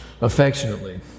affectionately